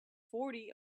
forty